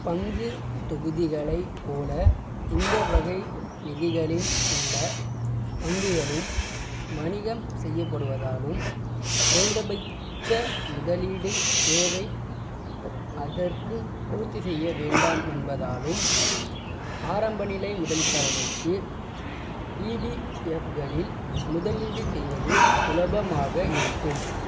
பங்குதொகுதிகளை போல இந்த வகை நிதிகளின் உள்ள பங்குகளும் வணிகம் செய்யப்படுவதாலும் குறைந்தபட்ச முதலீடு தேவை அதற்கு பூர்த்திசெய்ய வேண்டாம் என்பதாலும் ஆரம்பநிலை முதலீட்டாரர்களுக்கு ஈடிஎஃப்களில் முதலீடு செய்வது சுலபமாக இருக்கும்